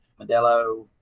Modelo